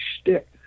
shtick